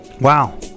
Wow